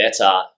better